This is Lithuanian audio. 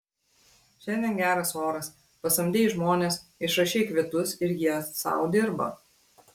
šiandien geras oras pasamdei žmones išrašei kvitus ir jie sau dirba